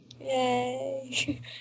Yay